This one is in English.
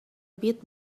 bit